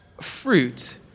fruit